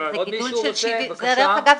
דרך אגב,